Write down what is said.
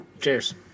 Cheers